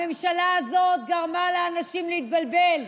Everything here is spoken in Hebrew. הממשלה הזאת גרמה לאנשים להתבלבל,